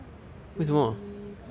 祝你快乐